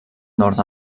nord